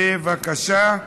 בבקשה.